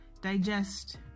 digest